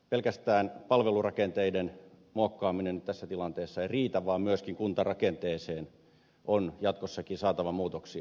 pelkästään palvelurakenteiden muokkaaminen tässä tilanteessa ei riitä vaan myöskin kuntarakenteeseen on jatkossakin saatava muutoksia